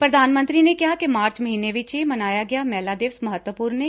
ਪ੍ਰਧਾਨ ਮੰਤਰੀ ਨੇ ਕਿਹਾ ਕਿ ਮਾਰਚ ਮਹੀਨੇ ਵਿੱਚ ਹੀ ਮਨਾਇਆ ਗਿਆ ਮਹਿਲਾ ਦਿਵਸ ਮਹੱਤਵਪੁਰਨ ਏ